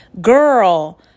Girl